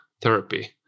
therapy